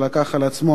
שלקח על עצמו